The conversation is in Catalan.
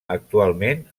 actualment